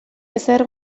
ezer